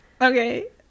Okay